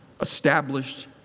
established